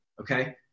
Okay